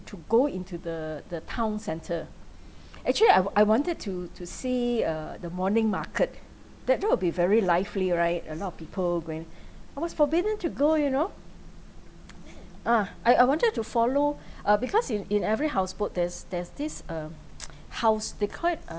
to go into the the town centre actually I w~ I wanted to to see uh the morning market that road will be very lively right a lot of people going I was forbidden to go you know ah I I wanted to follow uh because in in every houseboat there's there's this uh house they call it uh